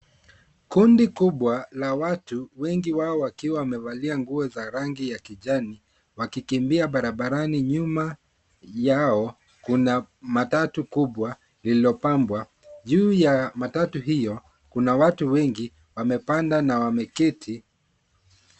Kundi kubwa la watu wengi wao wakiwa wamevalia nguo za rangi ya kijani wakikimbia barabarani. Nyuma yao kuna matatu kubwa lililopambwa. Juu ya matatu hiyo kuna watu wengi wamepanda na wameketi.